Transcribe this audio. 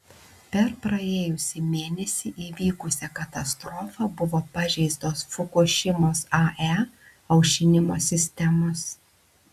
per praėjusį mėnesį įvykusią katastrofą buvo pažeistos fukušimos ae aušinimo sistemos